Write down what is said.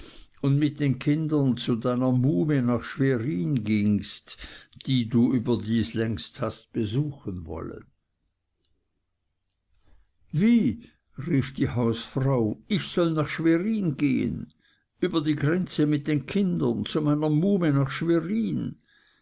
und mit den kindern zu deiner muhme nach schwerin gingst die du überdies längst hast besuchen wollen wie rief die hausfrau ich soll nach schwerin gehen über die grenze mit den kindern zu meiner muhme nach schwerin